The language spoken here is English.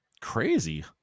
Crazy